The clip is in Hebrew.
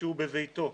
כשהוא בביתו.